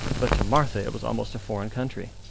but to martha it was almost a foreign country.